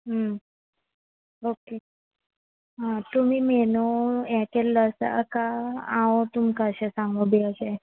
okay हा तुमी menu हें केल्लो आसा काय हांव तुमकां अशें सांगू बी अशें